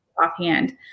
offhand